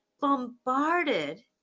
bombarded